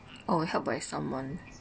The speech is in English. oh help by someone